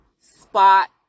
spot